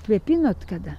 kvėpinot kada